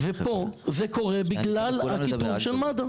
ופה זה קורה בגלל הטרטור של מד"א.